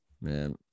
man